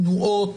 תנועות,